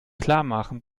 klarmachen